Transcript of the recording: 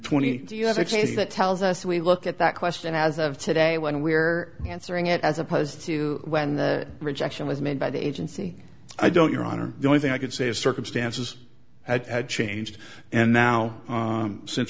twenty do you have a change that tells us we look at that question as of today when we're answering it as opposed to when the rejection was made by the agency i don't your honor the only thing i could say is circumstances had had changed and now since